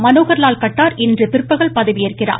மனோகர் லால் கட்டார் இன்று பிற்பகல் பதவியேற்கிறார்